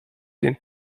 den